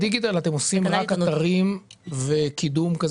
בדיגיטל אתם עושים רק אתרים וקידום של